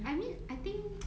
I mean I think